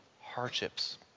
hardships